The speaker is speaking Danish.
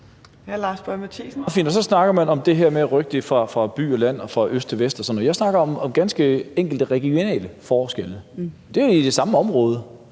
Det er meget fint, og så snakker man om det her med at rykke det fra by til land og fra øst til vest og sådan noget. Jeg snakker om ganske enkelte regionale forskelle i det samme område,